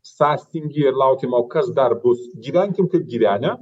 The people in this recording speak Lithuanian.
sąstingį ir laukiama o kas dar bus gyvenkim kaip gyvenę